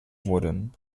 wurden